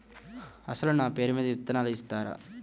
అసలు నా పేరు మీద విత్తనాలు ఇస్తారా?